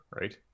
right